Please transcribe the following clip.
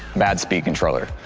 bad speed controller.